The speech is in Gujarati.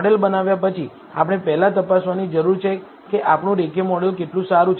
મોડેલ બનાવ્યા પછી આપણે પહેલા તપાસવાની જરૂર છે કે આપણું રેખીય મોડેલ કેટલું સારું છે